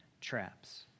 traps